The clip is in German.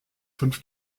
fünf